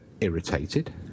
irritated